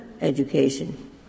education